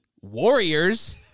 Warriors